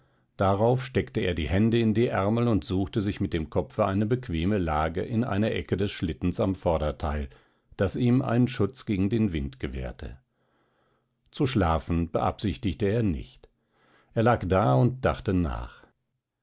darauf steckte er die hände in die ärmel und suchte sich mit dem kopfe eine bequeme lage in einer ecke des schlittens am vorderteil das ihm einen schutz gegen den wind gewährte zu schlafen beabsichtigte er nicht er lag da und dachte nach